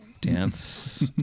dance